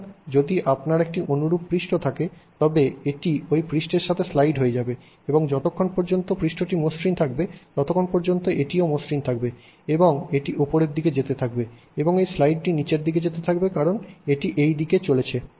সুতরাং যদি আপনার একটি অনুরূপ পৃষ্ঠ থাকে তবে এটি ওই পৃষ্ঠের সাথে স্লাইড হয়ে যাবে এবং যতক্ষণ পর্যন্ত পৃষ্ঠটি মসৃণ থাকবে ততক্ষণ পর্যন্ত এটিও মসৃণ থাকবে তারপর এটি উপরের দিকে যেতে থাকবে এবং এই স্লাইডটি নীচের দিকে যেতে থাকবে কারণ এটি এই দিকে এগিয়ে চলেছে